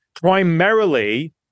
primarily